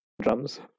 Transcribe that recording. Drums